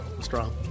strong